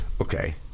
Okay